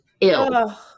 ill